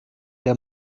der